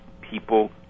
People